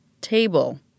table